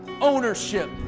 ownership